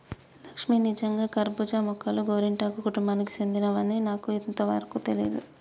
లక్ష్మీ నిజంగా కర్బూజా మొక్కలు గోరింటాకు కుటుంబానికి సెందినవని నాకు ఇంతవరకు తెలియదు